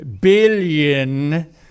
billion